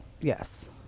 Yes